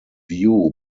view